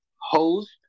host